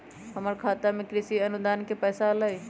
हमर खाता में कृषि अनुदान के पैसा अलई?